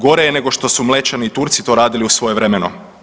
Gore je nego što su Mlečani i Turci to radili u svojevremeno.